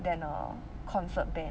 then a concert band